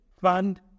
fund